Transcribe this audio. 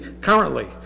currently